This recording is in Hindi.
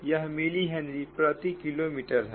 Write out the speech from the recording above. यह मिली हेनरी प्रति किलोमीटर है